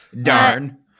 Darn